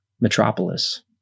Metropolis